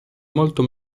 molto